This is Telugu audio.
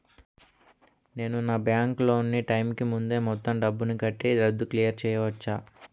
నేను నా బ్యాంక్ లోన్ నీ టైం కీ ముందే మొత్తం డబ్బుని కట్టి రద్దు క్లియర్ చేసుకోవచ్చా?